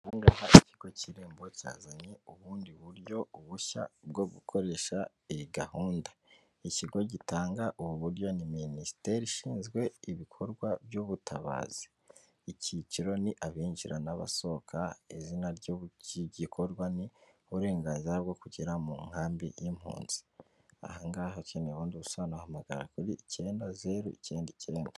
Ikigo cy'irembo cyazanye ubundi buryo bushya bwo gukoresha iyi gahunda. Ikigo gitanga ubu buryo ni minisiteri ishinzwe ibikorwa by'ubutabazi. Icyiciro ni abinjira n'abasohoka, izina ry'igikorwa ni uburenganzira bwo kugera mu nkambi y'impunzi. Ahangaha ukeneye ubundi busobanuro wahamagara kuri icyenda, zeru ikenda ikenda.